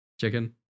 chicken